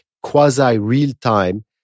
quasi-real-time